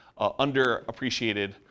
underappreciated